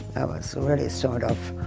i was really sort of,